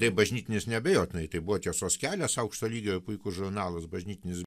tai bažnytinis neabejotinai tai buvo tiesos kelias aukšto lygio puikus žurnalas bažnytinis